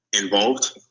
involved